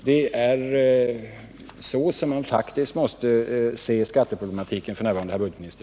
Det är så man faktiskt måste se skatteproblematiken f. n., herr budgetoch ekonomiminister.